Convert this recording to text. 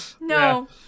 no